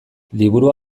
liburua